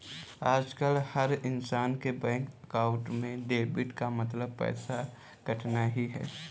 आजकल हर इन्सान के बैंक अकाउंट में डेबिट का मतलब पैसे कटना ही है